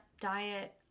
diet